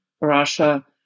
Russia